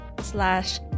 slash